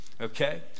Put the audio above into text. okay